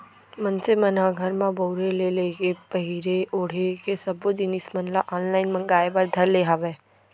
मनसे मन ह घर म बउरे ले लेके पहिरे ओड़हे के सब्बो जिनिस मन ल ऑनलाइन मांगए बर धर ले हावय